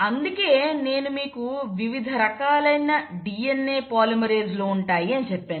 అందుకే నేను మీకు వివిధ రకాలైన DNA పాలిమరేస్ లు ఉంటాయని చెప్పాను